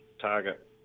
target